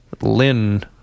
Lynn